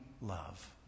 love